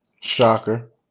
Shocker